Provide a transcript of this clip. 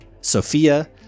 Sophia